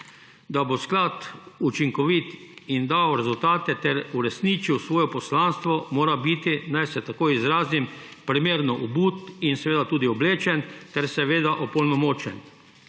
Da bo sklad učinkovit in dal rezultate ter uresničil svoje poslanstvo, mora biti, naj se tako izrazim, primerno obut in tudi oblečen ter seveda opolnomočen,